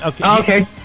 Okay